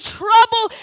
trouble